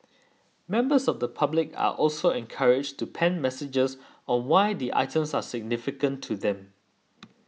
members of the public are also encouraged to pen messages on why the items are significant to them